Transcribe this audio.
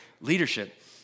leadership